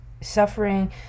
suffering